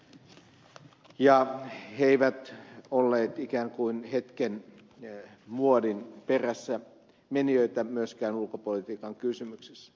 ja he eivät olleet ikään kuin hetken muodin perässämenijöitä myöskään ulkopolitiikan kysymyksissä